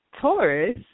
Taurus